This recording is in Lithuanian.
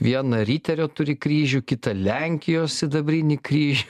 vieną riterio turi kryžių kitą lenkijos sidabrinį kryžių